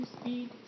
speed